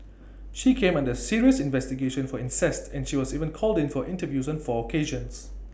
she came under serious investigation for incest and she was even called in for interviews in four occasions